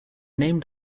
named